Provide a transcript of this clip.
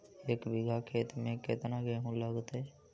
एक बिघा खेत में केतना गेहूं लगतै?